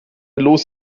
los